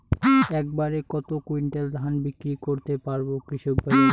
এক বাড়ে কত কুইন্টাল ধান বিক্রি করতে পারবো কৃষক বাজারে?